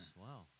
Wow